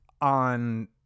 on